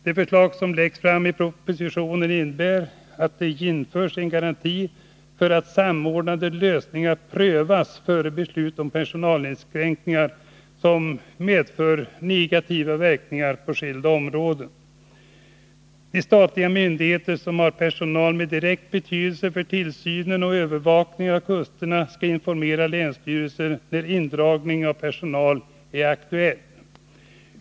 Det förslag som läggs fram genom propositionen innebär att det införs en garanti för att samordnade lösningar prövas före beslut om personalinskränkningar som medför negativa verkningar på skilda områden. De statliga myndigheter som har personal med direkt betydelse för tillsynen och övervakningen av kusterna skall informera länsstyrelsen, när indragning av personal är aktuell.